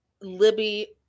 Libby